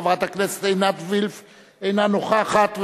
חברת הכנסת עינת וילף אינה נוכחת,